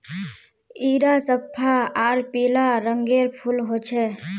इरा सफ्फा आर पीला रंगेर फूल होचे